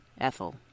Ethel